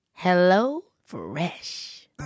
HelloFresh